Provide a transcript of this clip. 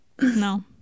No